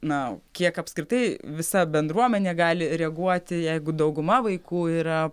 na kiek apskritai visa bendruomenė gali reaguoti jeigu dauguma vaikų yra